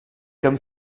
comme